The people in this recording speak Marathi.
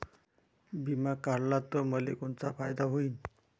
बिमा काढला त मले कोनचा फायदा होईन?